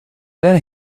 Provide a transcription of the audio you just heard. then